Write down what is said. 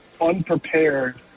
unprepared